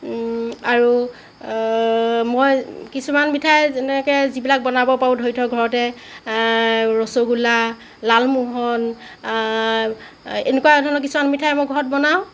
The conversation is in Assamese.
আৰু মই কিছুমান মিঠাই যেনেকৈ যিবিলাক বনাব ধৰি থওঁক ঘৰতে ৰসগুল্লা লালমোহন এনেকুৱা ধৰণৰ কিছুমান মিঠাই মই ঘৰত বনাওঁ